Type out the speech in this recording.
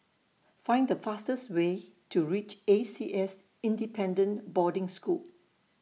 Find The fastest Way to REACH A C S Independent Boarding School